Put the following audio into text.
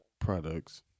products